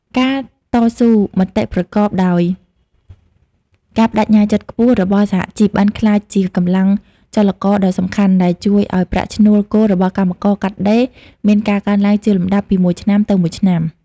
ការតស៊ូមតិប្រកបដោយការប្តេជ្ញាចិត្តខ្ពស់របស់សហជីពបានក្លាយជាកម្លាំងចលករដ៏សំខាន់ ដែលជួយឱ្យប្រាក់ឈ្នួលគោលរបស់កម្មករកាត់ដេរមានការកើនឡើងជាលំដាប់ពីមួយឆ្នាំទៅមួយឆ្នាំ។